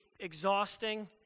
exhausting